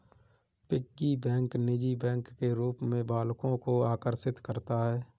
piggy bank निजी bank के रूप में बालकों को आकर्षित करता है